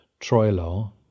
Troilo